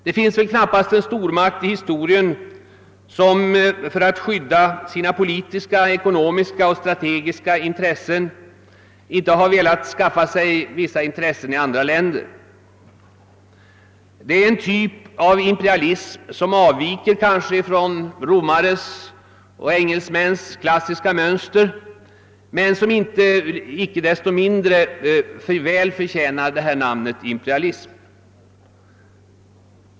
Det finns väl knappast en stormakt i historien, som för att skydda sina politiska, ekonomiska och strategiska intressen underlåtit att skaffa sig intressen i andra länder. Det är en typ av imperialism som kanske avviker från romares och engelsmäns klassiska mönster men som icke desto mindre väl förtjänar namnet imperialism.